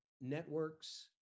networks